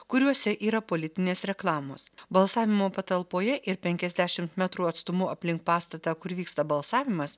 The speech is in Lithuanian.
kuriuose yra politinės reklamos balsavimo patalpoje ir penkiasdešimt metrų atstumu aplink pastatą kur vyksta balsavimas